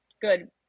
good